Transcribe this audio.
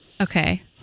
Okay